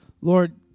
Lord